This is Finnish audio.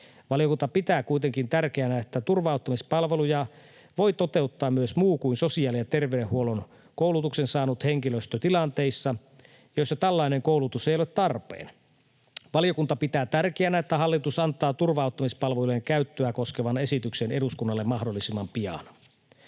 Valiokunta pitää kuitenkin tärkeänä, että turva-auttamispalveluja voi toteuttaa myös muu kuin sosiaali- ja terveydenhuollon koulutuksen saanut henkilöstö tilanteissa, joissa tällainen koulutus ei ole tarpeen. Valiokunta pitää tärkeänä, että hallitus antaa turva-auttamispalvelujen käyttöä koskevan esityksen eduskunnalle mahdollisimman pian.